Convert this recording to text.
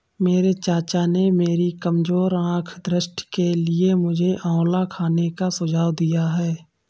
मेरे चाचा ने मेरी कमजोर आंख दृष्टि के लिए मुझे आंवला खाने का सुझाव दिया है